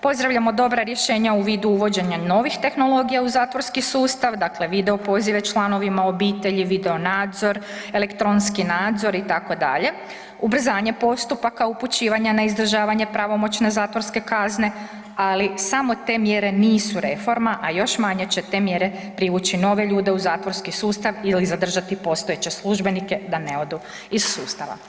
Pozdravljamo dobra rješenja u vidu uvođenja novih tehnologija u zatvorskih sustav, dakle video pozive članovima obitelji, video nadzor, elektronski nadzor itd., ubrzanje postupaka, upućivanja na izdržavanje pravomoćne zatvorske kazne, ali samo te mjere nisu reforma, a još manje će te mjere privući nove ljude u zatvorski sustav ili zadržati postojeće službenike da ne odu iz sustava.